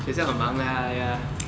学校很忙啦 !aiya!